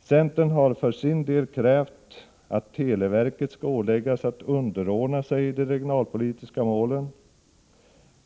Centern har för sin del krävt att televerket skall åläggas att underordna sig de regionalpolitiska målen.